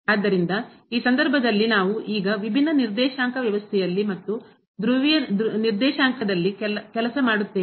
ಆದ್ದರಿಂದ ಈ ಸಂದರ್ಭದಲ್ಲಿ ನಾವು ಈಗ ವಿಭಿನ್ನ ನಿರ್ದೇಶಾಂಕ ವ್ಯವಸ್ಥೆಯಲ್ಲಿ ಮತ್ತು ಧ್ರುವೀಯ ನಿರ್ದೇಶಾಂಕದಲ್ಲಿ ಕೆಲಸ ಮಾಡುತ್ತೇವೆ